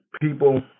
people